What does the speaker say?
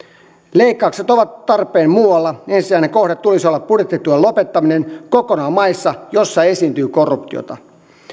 leikkaukset ovat tarpeen muualla ensisijaisen kohteen tulisi olla budjettituen lopettaminen kokonaan maissa joissa esiintyy korruptiota